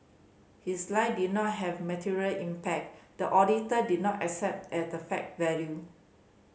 his lie did not have material impact the auditor did not accept at the fact value